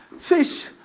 Fish